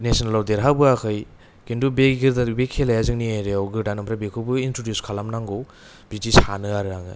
नेसनेलाव देरहाबोयाखै खिन्थु बे गेजेर बे खेलाया जोंनि एरियाव गोदान ओफ्राय बेखौबो इन्ट्रदिउस खालामनांगौ बिदि सानो आरो आङो